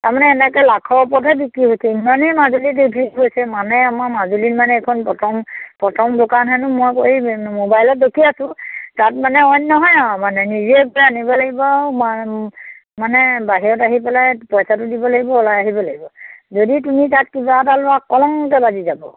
তাৰমানে এনেকে লাখৰ ওপৰতহে বিক্ৰী হৈছে ইমানেই মাজুলী হৈছে মানে আমাৰ মাজুলীৰ মানে এইখন প্ৰথম প্ৰথম দোকান হেনো মই এই মোবাইলত দেখি আছোঁ তাত মানে অইন নহয় আৰু মানে নিজে গৈ আনিব লাগিব আৰু মানে বাহিৰত আহি পেলাই পইচাটো দিব লাগিব ওলাই আহিব লাগিব যদি তুমি তাত কিবা এটা লোৱা কলঙকে বাজি যাব